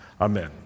Amen